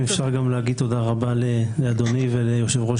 אפשר גם להגיד תודה רבה לאדוני וליושב ראש